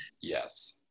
yes